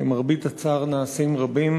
שלמרבה הצער נעשים רבים